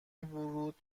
ورود